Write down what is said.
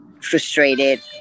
frustrated